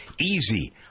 easy